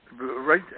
right